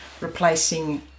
replacing